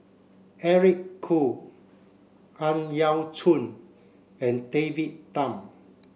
Eric Khoo Ang Yau Choon and David Tham